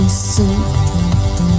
suit